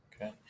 okay